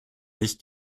nicht